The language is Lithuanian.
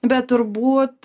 bet turbūt